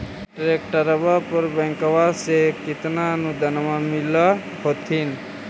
ट्रैक्टरबा पर बैंकबा से कितना अनुदन्मा मिल होत्थिन?